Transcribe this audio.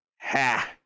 Ha